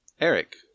Eric